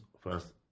first